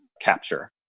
capture